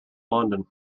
london